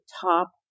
top